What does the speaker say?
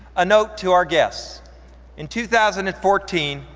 a note to our guests in two thousand and fourteen,